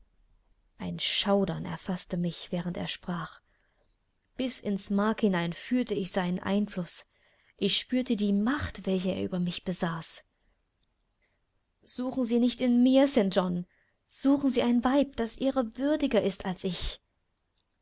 ein schaudern erfaßte mich während er sprach bis ins mark hinein fühlte ich seinen einfluß ich spürte die macht welche er über mich besaß suchen sie sie nicht in mir st john suchen sie ein weib das ihrer würdiger ist als ich